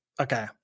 Okay